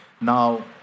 now